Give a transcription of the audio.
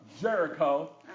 Jericho